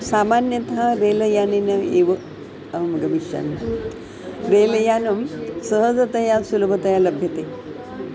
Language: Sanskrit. सामान्यतः रेलयानेन एव अहं गमिष्यामि रेलयानं सहजतया सुलभतया लभ्यते